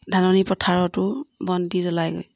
ধাননী পথাৰতো বন্তি জ্বলায়গৈ